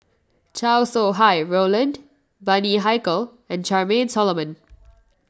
Chow Sau Hai Roland Bani Haykal and Charmaine Solomon